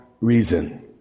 reason